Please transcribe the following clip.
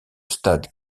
stade